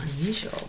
unusual